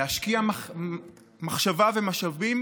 להשקיע מחשבה ומשאבים,